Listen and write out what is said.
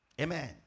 Amen